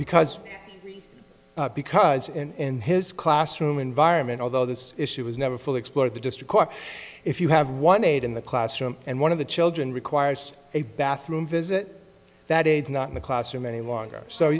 because because in his classroom environment although this issue was never fully explored the district if you have one aide in the classroom and one of the children requires a bathroom visit that is not in the classroom any longer so